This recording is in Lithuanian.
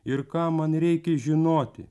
ir ką man reikia žinoti